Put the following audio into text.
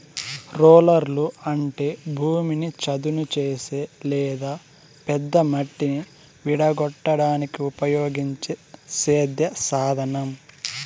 రోలర్లు అంటే భూమిని చదును చేసే లేదా పెద్ద మట్టిని విడగొట్టడానికి ఉపయోగించే సేద్య సాధనం